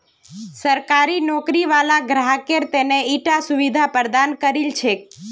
सरकारी नौकरी वाला ग्राहकेर त न ईटा सुविधा प्रदान करील छेक